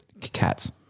Cats